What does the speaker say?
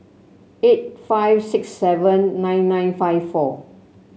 eight five six seven nine nine five four